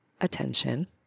attention